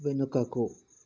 వెనుకకు